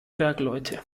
bergleute